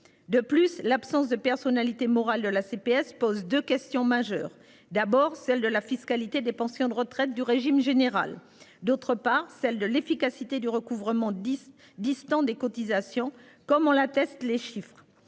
De plus, l'absence de personnalité morale de la CPS pose 2 questions majeures, d'abord celle de la fiscalité des pensions de retraite du régime général. D'autre part celle de l'efficacité du recouvrement 10 distant des cotisations comme en attestent les chiffres.